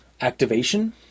activation